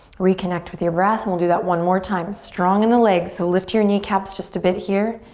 reconnect with your breath and we'll do that one more time. strong in the legs so lift your kneecaps just a bit here.